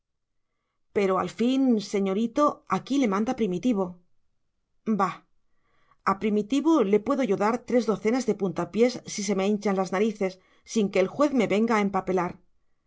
pero al fin señorito aquí le manda primitivo bah a primitivo le puedo yo dar tres docenas de puntapiés si se me hinchan las narices sin que el juez me venga a empapelar